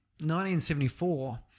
1974